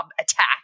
attack